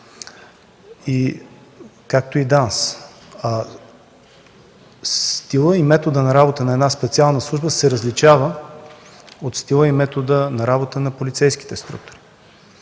сигурност”. Стилът и методът на работа на една специална служба се различава от стила и метода на работа на полицейските структури.